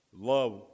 love